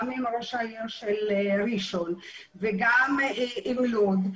גם עם ראש העיר של ראשון וגם עם לוד,